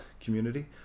community